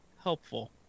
Helpful